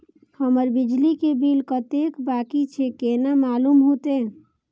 हमर बिजली के बिल कतेक बाकी छे केना मालूम होते?